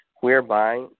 whereby